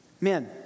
Men